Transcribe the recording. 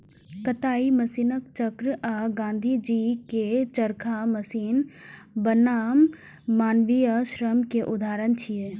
कताइ मशीनक चक्र आ गांधीजी के चरखा मशीन बनाम मानवीय श्रम के उदाहरण छियै